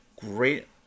great